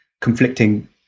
conflicting